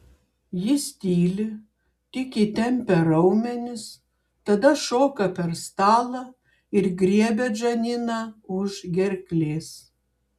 jis tyli tik įtempia raumenis tada šoka per stalą ir griebia džaniną už gerklės